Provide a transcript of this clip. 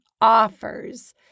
offers